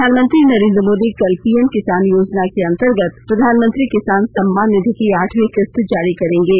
प्रधानमंत्री नरेन्द्र मोदी कल पीएम किसान योजना के अंतर्गत प्रधानमंत्री किसान सम्मान निधि की आठवीं किस्त जारी करेंगे